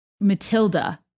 Matilda